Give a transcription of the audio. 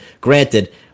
granted